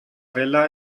vella